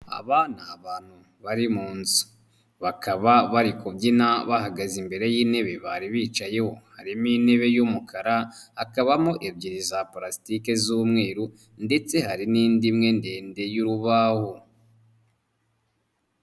Aba ni abantu bari mu nzu, bakaba bari kubyina bahagaze imbere y'intebe bari bicayeho, harimo intebe y'umukara, hakabamo ebyiri za porasitike z'umweru ndetse hari n'indi imwe ndende y'urubaho.